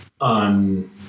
on